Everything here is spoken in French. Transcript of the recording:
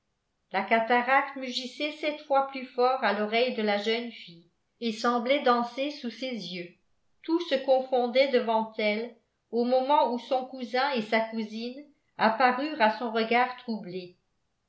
la cataracte mugissait sept fois plus fort à l'oreille de la jeune fille et semblait danser sous ses yeux tout se confondait devant elle au moment où son cousin et sa cousine apparurent à son regard troublé